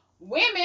women